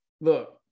look